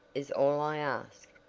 is all i ask.